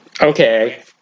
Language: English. Okay